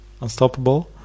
unstoppable